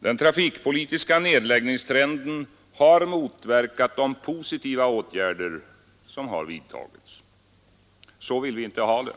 Den trafikpolitiska nedläggningstrenden har motverkat de positiva åtgärder som vidtagits. Så vill vi inte ha det.